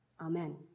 Amen